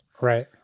right